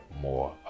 more